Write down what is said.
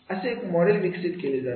असे एक मॉडेल विकसित केले जाते